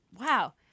wow